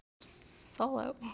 Solo